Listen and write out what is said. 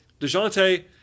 DeJounte